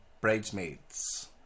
Bridesmaids